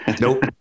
Nope